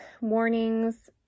warnings